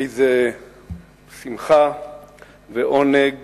איזה שמחה ועונג